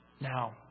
Now